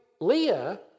Leah